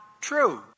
true